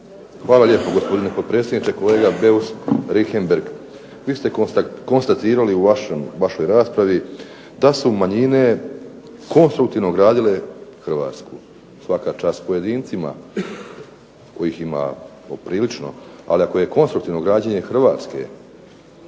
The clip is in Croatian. Hvala lijepo gospodine potpredsjedniče. Kolega Beus Richembergh vi ste konstatirali u vašoj raspravi da su manjine konstruktivno gradile Hrvatsku. Svaka čast pojedincima kojih ima poprilično. Ali ako je konstruktivno građenje HRvatske